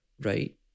right